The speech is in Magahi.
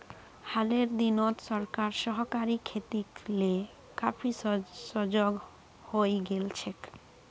हालेर दिनत सरकार सहकारी खेतीक ले काफी सजग हइ गेल छेक